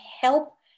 help